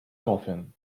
coughing